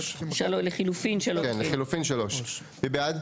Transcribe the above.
לחילופין 3. הצבעה בעד,